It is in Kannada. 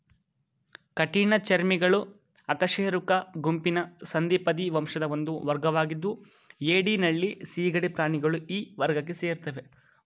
ಕಠಿಣ ಚರ್ಮಿಗಳು ಅಕಶೇರುಕ ಗುಂಪಿನ ಸಂಧಿಪದಿ ವಂಶದ ಒಂದು ವರ್ಗವಾಗಿದ್ದು ಏಡಿ ನಳ್ಳಿ ಸೀಗಡಿ ಪ್ರಾಣಿಗಳು ಈ ವರ್ಗಕ್ಕೆ ಸೇರ್ತವೆ